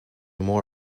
more